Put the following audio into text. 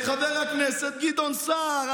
אלא את חבר הכנסת גדעון סער,